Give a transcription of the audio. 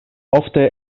ofte